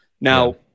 Now